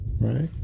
right